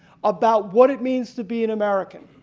about what it means to be an american.